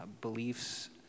beliefs